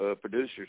producers